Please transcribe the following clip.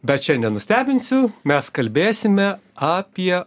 bet šiandie nustebinsiu mes kalbėsime apie